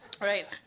Right